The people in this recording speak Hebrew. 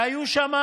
היו שם